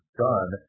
done